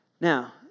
Now